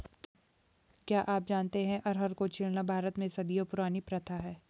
क्या आप जानते है अरहर को छीलना भारत में सदियों पुरानी प्रथा है?